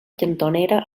cantonera